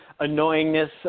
annoyingness